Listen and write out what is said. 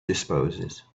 disposes